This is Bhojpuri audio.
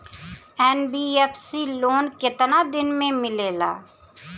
एन.बी.एफ.सी लोन केतना दिन मे मिलेला?